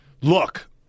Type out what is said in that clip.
look